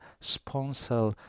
sponsor